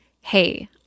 hey